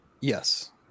Yes